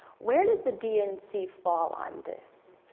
where does the dnc fall on this?